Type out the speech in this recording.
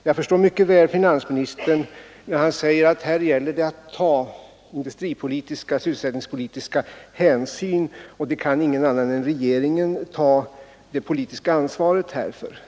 Jag förstår mycket väl finansministern, när han säger att här gäller det att ta industripolitiska och sysselsättningspolitiska hänsyn, och det kan ingen annan än regeringen ta det politiska ansvaret för.